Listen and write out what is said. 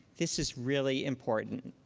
this is really important.